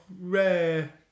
rare